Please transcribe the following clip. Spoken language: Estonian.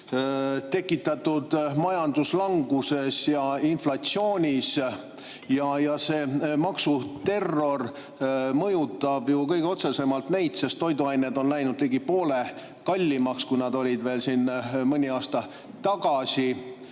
tekitatud majanduslanguses ja inflatsioonis. See maksuterror mõjutab neid ju kõige otsesemalt, sest toiduained on läinud ligi poole kallimaks, kui nad olid veel mõni aasta tagasi.